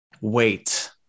wait